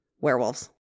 werewolves